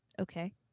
Okay